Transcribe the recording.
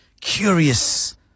curious